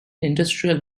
industrial